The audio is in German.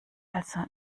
also